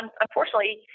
unfortunately